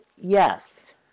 yes